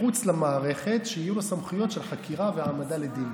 מחוץ למערכת שיהיו לו סמכויות של חקירה והעמדה לדין.